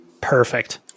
perfect